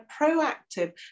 proactive